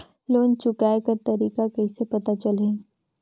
Loan चुकाय कर तारीक कइसे पता चलही?